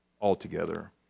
altogether